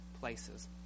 places